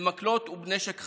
במקלות ובנשק חם,